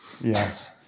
Yes